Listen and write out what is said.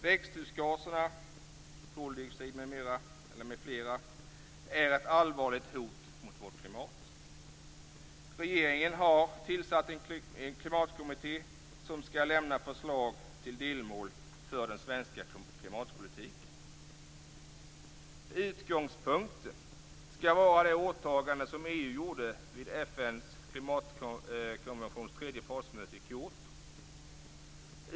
Växthusgaserna - koldioxid m.m. - är ett allvarligt hot mot vårt klimat. Regeringen har tillsatt en klimatkommitté som skall lämna förslag till delmål för den svenska klimatpolitiken. Utgångspunkten skall vara det åtagande som EU gjorde vid FN:s klimatkonventions tredje partsmöte i Kyoto.